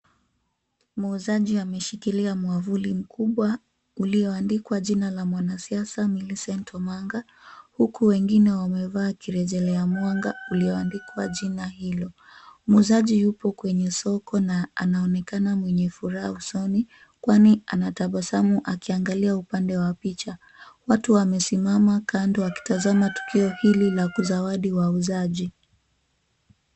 Muuzaji ameshikilia mwavuli mkubwa ulioandikwa jina la mwanasiasa Millicent Omanga, huku wengine wamevaa kirejelea mwanga ulioandikwa jina hilo. Muuzaji yuko kwenye soko anaonekana mwenye furaha usoni, kwani anatabasamu akiangalia upande wa picha, watu wamesimama kando wakitazama tukio hili la kuzawadi wauzaji.